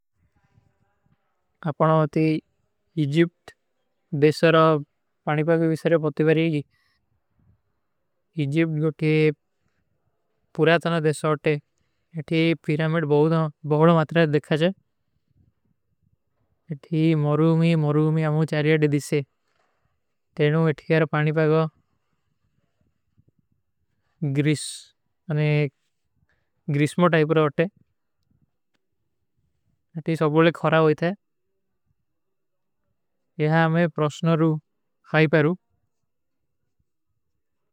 ଆପକା ଇଜିପ୍ଟ ଦେଶାରା ପାଣିପାଗ ଵିଶର୍ଯ ପତିବରୀ ଗୀ। ଇଜିପ୍ଟ ଗୋଟେ ପୁରାତନା ଦେଶାରତେ ଏଠୀ ପିରାମେଡ ବହୁତ ମାତ୍ରା ଦେଖା ଜାଏ। ଏଠୀ ମରୂମୀ, ମରୂମୀ ଅମୁଚାର୍ଯାଦ ଦେଧିସେ। ତେ ଲିଏ ଏଠୀ ପାଣିପାଗ ଗିରିଶ, ଗିରିଶମୋ ଟାଇପ ରହତେ। ସବ ବୋଲେ ଖରା ହୋ ଇଥା ହୈ। ଯହାଁ ହମେଂ ପ୍ରୋସ୍ଟନରୂ ଖାଈ ପାରୂ।